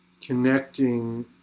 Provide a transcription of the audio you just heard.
connecting